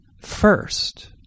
first